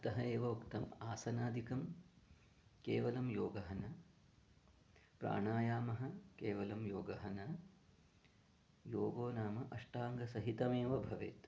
अतः एव उक्तम् आसनादिकं केवलं योगः न प्राणायामः केवलं योगः न योगो नाम अष्टाङ्गसहितमेव भवेत्